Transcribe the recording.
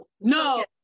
No